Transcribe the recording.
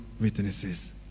witnesses